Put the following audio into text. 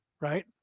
right